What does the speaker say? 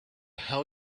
hell